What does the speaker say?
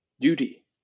duty